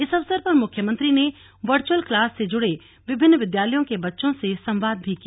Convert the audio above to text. इस अवसर पर मुख्यमंत्री ने वर्चुअल क्लास से जुड़े विभिन्न विद्यालयों के बच्चों से संवाद भी किया